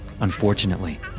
Unfortunately